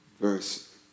Verse